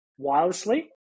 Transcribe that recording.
wirelessly